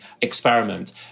experiment